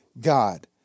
God